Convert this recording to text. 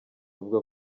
buvuga